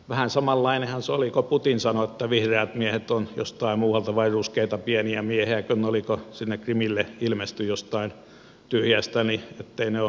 vähän samanlaistahan se oli kun putin sanoi että vihreät miehet vai ruskeita pieniä miehiäkö ne olivat jotka sinne krimille ilmestyivät jostain tyhjästä ovat jostain muualta etteivät ne ole venäläisiä nähneetkään